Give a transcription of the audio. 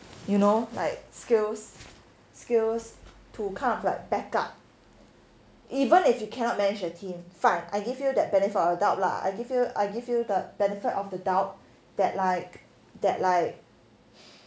you know like skills skills to kind of like back up even if you cannot manage a team fine I give you that benefit of doubt lah I give you I give you the benefit of the doubt that like that like